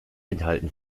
enthalten